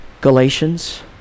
Galatians